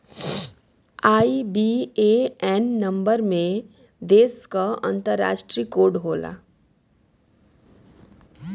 IBAN number में देश क अंतरराष्ट्रीय कोड होला